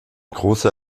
großer